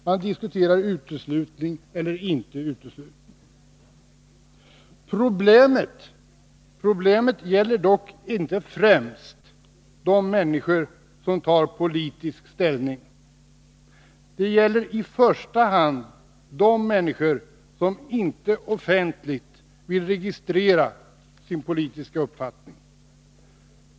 Man diskuterar eventuell uteslutning. Problemet gäller dock inte enbart de människor som tar politisk ställning. Det gäller kanske första hand de människor som inte offentligt vill registrera sin politiska uppfattning.